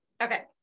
Okay